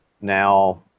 Now